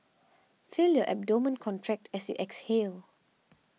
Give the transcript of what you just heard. feel your abdomen contract as you exhale